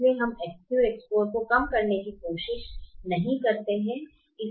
इसलिए हम X3 और X4 को कम करने की कोशिश नहीं करते हैं